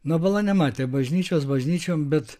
nu bala nematę bažnyčios bažnyčiom bet